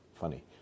Funny